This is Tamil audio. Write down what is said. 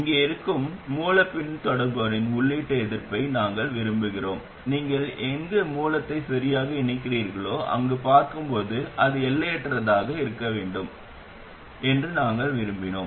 இங்கே இருக்கும் மூலப் பின்தொடர்பவரின் உள்ளீட்டு எதிர்ப்பை நாங்கள் விரும்புகிறோம் நீங்கள் எங்கு மூலத்தை சரியாக இணைக்கிறீர்களோ அங்கே பார்க்கும்போது அது எல்லையற்றதாக இருக்க வேண்டும் என்று நாங்கள் விரும்புகிறோம்